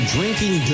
Drinking